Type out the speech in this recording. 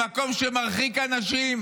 למקום שמרחיק אנשים,